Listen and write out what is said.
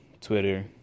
Twitter